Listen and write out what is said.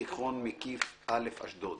בתיכון מקיף א' אשדוד.